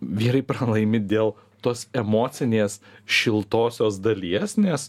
vyrai pralaimi dėl tos emocinės šiltosios dalies nes